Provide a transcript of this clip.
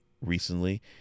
recently